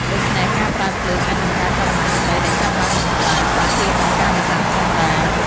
ដូច្នេះ ការប្រើភ្លើងអាចបង្កើនបរិមាណត្រីដែលចាប់បានយ៉ាងច្រើន បើធៀបនឹងការនេសាទធម្មតា។